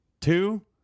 two